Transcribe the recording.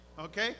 okay